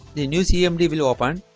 the new cmd will open